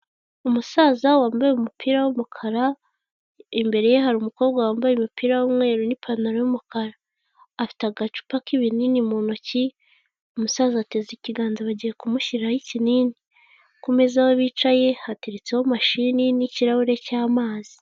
Umusaza wambaye umupira w'umukara imbere ye hariru umukobwa wambaye umupira w'umweru n'ipantaro y'umukara afite agacupa k'ibinini mu ntoki, umusaza ateze ikiganza bagiye kumushyiraho ikinini, ku meza aho bicaye hateretseho mashini n'ikirahure cy'amazi.